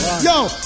Yo